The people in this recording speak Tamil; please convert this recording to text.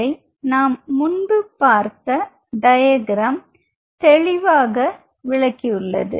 இதை நாம் முன்பு பார்த்த டயக்ராம் தெளிவாக விளக்கப்பட்டுள்ளது